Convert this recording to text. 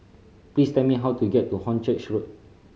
please tell me how to get to Hornchurch Road